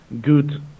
good